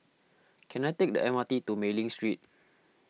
can I take the M R T to Mei Ling Street